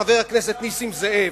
חבר הכנסת נסים זאב,